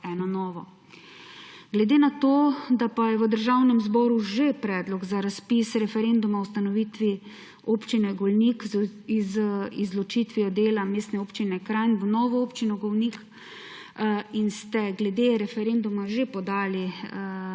eno novo. Glede na to, da pa je v Državnem zboru že predlog za razpis referenduma o ustanovitvi občine Golnik z izločitvijo dela Mestne občine Kranj v novo občino Golnik in ste glede referenduma že podali